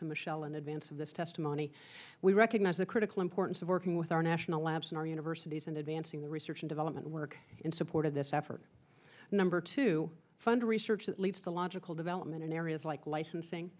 to michelle in advance of this testimony we recognize the critical importance of working with our national labs in our universities and advancing the research and development work in support of this effort number two funded research that leads to logical development in areas like licensing